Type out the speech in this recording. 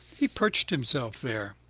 he perched himself there.